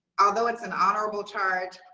although it's an honorable charge.